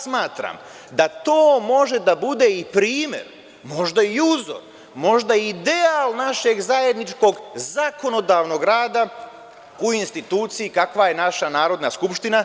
Smatram da to može da bude i primer, možda i uzor, možda i ideal našeg zajedničkog zakonodavnog rada u instituciji kakva je naša Narodna skupština.